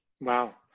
Wow